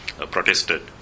protested